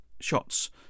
shots